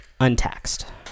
untaxed